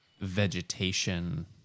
vegetation